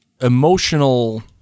emotional